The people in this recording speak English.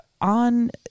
on